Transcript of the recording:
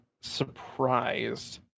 surprised